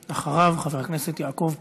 אחריו, חבר הכנסת יעקב פרי.